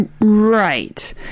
Right